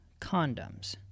condoms